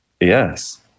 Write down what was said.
Yes